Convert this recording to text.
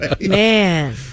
Man